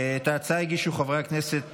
את ההצעה הגישו חברי הכנסת